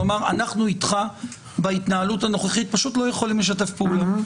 שנאמר שאנחנו איתך בהתנהלות הנוכחית פשוט לא יכולים לשתף פעולה,